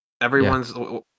Everyone's